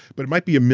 but it might be a